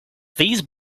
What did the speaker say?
these